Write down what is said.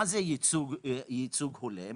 מהו ייצוג הולם?